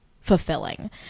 fulfilling